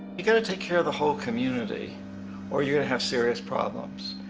you gotta take care of the whole community or you're gonna have serious problems.